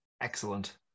Excellent